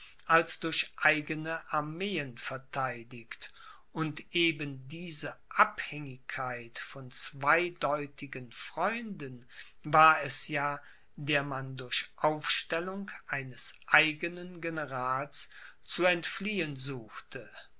als durch eigene armeen vertheidigt und eben diese abhängigkeit von zweideutigen freunden war es ja der man durch aufstellung eines eigenen generals zu entfliehen suchte